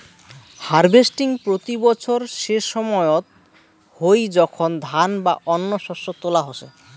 harvesting প্রতি বছর সেসময়ত হই যখন ধান বা অন্য শস্য তোলা হসে